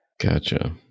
gotcha